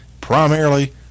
primarily